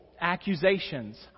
accusations